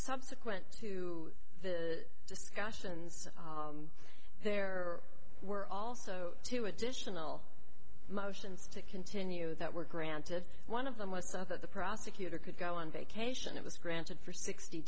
subsequent to the discussions there were also two additional motions to continue that were granted one of them was after the prosecutor could go on vacation it was granted for sixty